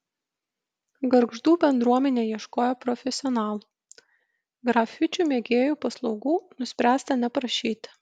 gargždų bendruomenė ieškojo profesionalų grafičių mėgėjų paslaugų nuspręsta neprašyti